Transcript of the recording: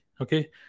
Okay